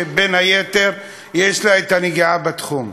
שבין היתר יש לה נגיעה בתחום: